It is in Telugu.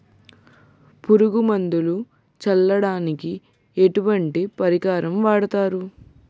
పురుగు మందులు చల్లడానికి ఎటువంటి పరికరం వాడతారు?